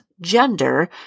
gender